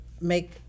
make